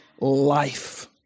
life